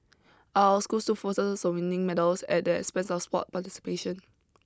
are our schools too focused on winning medals at the expense of sport participation